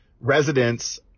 residents